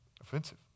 offensive